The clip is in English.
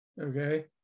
okay